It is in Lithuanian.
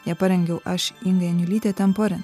ją parengiau aš inga janulytė temporin